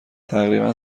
تقریبا